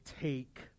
take